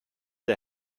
der